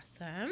awesome